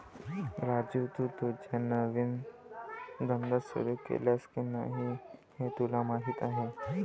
राजू, तू तुझा नवीन धंदा सुरू केलास की नाही हे तुला माहीत आहे